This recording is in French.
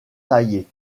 taillés